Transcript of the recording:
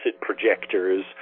projectors